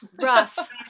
rough